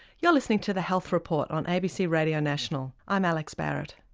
you're listening to the health report on abc radio national, i'm alex barratt.